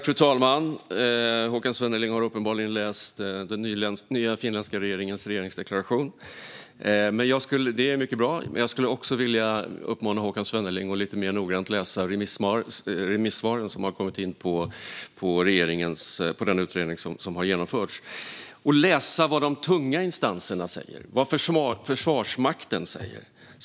Fru talman! Håkan Svenneling har uppenbarligen läst den nya finska regeringens regeringsdeklaration. Det är mycket bra. Men jag vill uppmana Håkan Svenneling att också lite mer noggrant läsa de remissvar som har kommit med anledning av den utredning som har genomförts. Läs vad de tunga instanserna, till exempel Försvarsmakten, säger!